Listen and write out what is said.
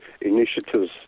initiatives